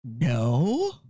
No